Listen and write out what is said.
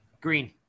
Green